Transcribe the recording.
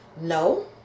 no